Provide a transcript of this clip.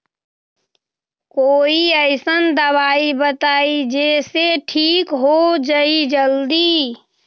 कोई अईसन दवाई बताई जे से ठीक हो जई जल्दी?